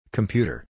Computer